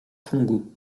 congo